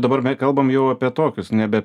dabar kalbam jau apie tokius nebe